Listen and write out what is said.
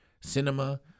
cinema